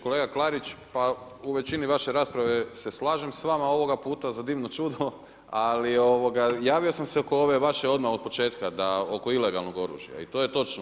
Kolega Klarić, pa u većini vaše rasprave se slažem s vama, ovoga puta za divno čudo ali javio sam se oko ove vaše odmah od početka, oko ilegalnog oružja i to je točno.